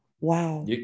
Wow